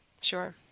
Sure